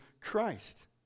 Christ